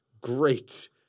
great